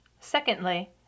secondly